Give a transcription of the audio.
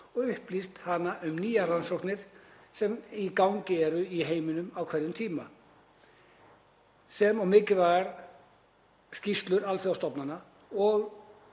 og upplýst hana um nýjar rannsóknir sem í gangi eru í heiminum á hverjum tíma sem og mikilvægar skýrslur alþjóðastofnana